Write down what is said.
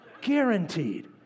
Guaranteed